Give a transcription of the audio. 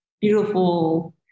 beautiful